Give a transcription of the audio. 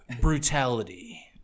brutality